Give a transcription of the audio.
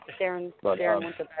Darren